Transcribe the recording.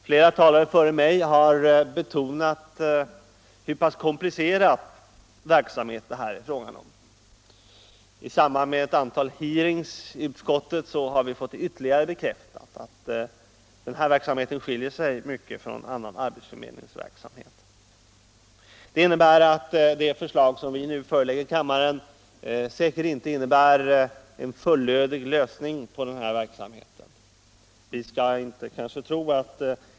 Flera talare före mig har betonat hur komplicerad verksamhet det här är fråga om. I samband med ett antal hearings i utskottet har vi fått ytterligare bekräftat att denna verksamhet skiljer sig mycket från annan arbetsförmedlingsverksamhet. Det betyder att det förslag som utskottet nu förelägger kammaren säkert inte innebär en fullödig lösning på frågan om den här verksamheten.